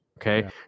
Okay